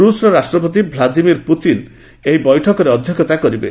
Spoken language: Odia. ରୁଷ୍ର ରାଷ୍ଟ୍ରପତି ଭ୍ଲାଦିନ ପୁତିନ ଏହି ବୈଠକରେ ଅଧ୍ୟକ୍ଷତା କରିବେ